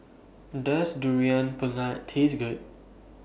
Does Durian Pengat Taste Good